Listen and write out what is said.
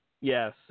Yes